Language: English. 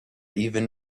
even